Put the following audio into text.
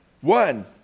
One